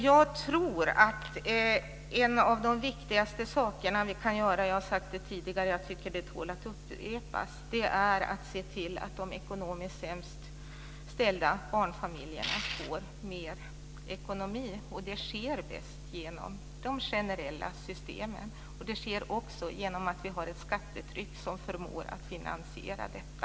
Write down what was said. Jag tror att en av de viktigaste sakerna som vi kan göra - jag har sagt det tidigare och jag tycker att det tål att upprepas - är att se till att de ekonomiskt sämst ställda barnfamiljerna får bättre ekonomi. Det sker bäst genom de generella systemen. Det sker också genom att vi har ett skattetryck som förmår att finansiera detta.